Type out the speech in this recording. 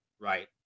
right